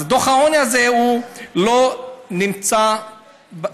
אז בדוח העוני הזה לא נתנו פתרון,